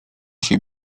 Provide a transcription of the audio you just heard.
się